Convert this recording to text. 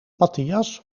matthias